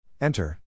Enter